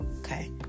okay